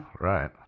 right